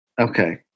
Okay